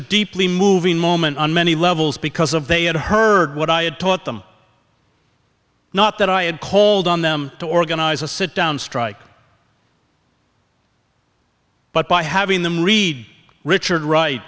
a deeply moving moment on many levels because of they had heard what i had taught them not that i had called on them to organize a sit down strike but by having them read richard wright